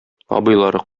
абыйлары